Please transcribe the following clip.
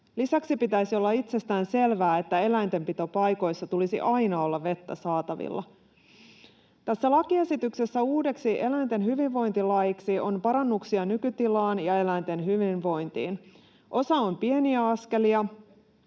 Lisäksi pitäisi olla itsestäänselvää, että eläintenpitopaikoissa tulisi aina olla vettä saatavilla. Tässä lakiesityksessä uudeksi eläinten hyvinvointilaiksi on parannuksia nykytilaan ja eläinten hyvinvointiin. Osa on pieniä askelia,